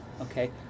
Okay